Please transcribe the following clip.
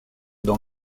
dans